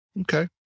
Okay